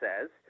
says